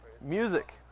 Music